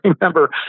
remember